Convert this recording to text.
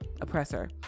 oppressor